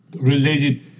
related